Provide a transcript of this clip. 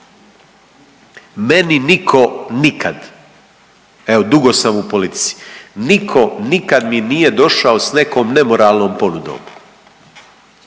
Meni nitko nikad, evo dugo sam u politici, nitko nikad mi nije došao s nekom nemoralnom ponudom,